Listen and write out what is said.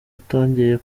atongeye